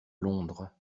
londres